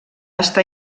estar